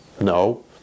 No